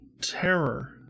terror